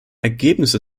ergebnisse